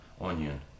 onion